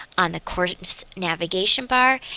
on the course navigation bar,